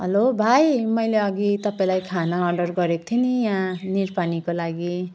hello भाइ मैले अघि तपाईँलाई खाना अर्डर गरेको थिएँ नि यहाँ निरपानीको लागि